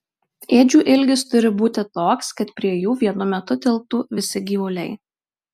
ėdžių ilgis turi būti toks kad prie jų vienu metu tilptų visi gyvuliai